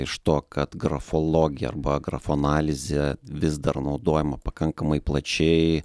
iš to kad grafologija arba grafoanalizė vis dar naudojama pakankamai plačiai